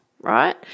right